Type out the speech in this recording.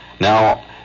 Now